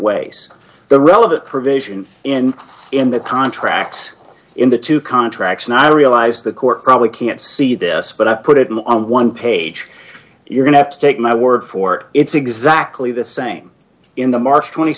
ways the relevant provision in in the contract in the two contracts and i realize the court probably can't see this but i put it on one page you're going to have to take my word for it it's exactly the same in the march t